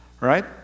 Right